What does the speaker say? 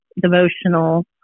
devotional